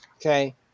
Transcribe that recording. Okay